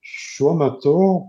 šiuo metu